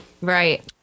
Right